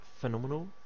phenomenal